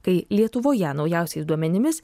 kai lietuvoje naujausiai duomenimis